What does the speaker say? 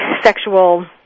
sexual